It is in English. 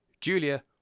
Julia